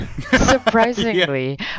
Surprisingly